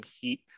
heat